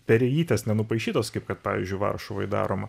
perėjytės nenupaišytos kaip kad pavyzdžiui varšuvoj daroma